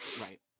Right